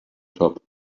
top